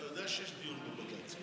אתה יודע שיש דיון בבג"ץ,